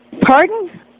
Pardon